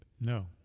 No